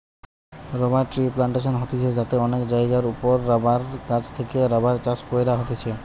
rubber ট্রির plantation হতিছে যাতে অনেক জায়গার ওপরে রাবার গাছ থেকে রাবার চাষ কইরা হতিছে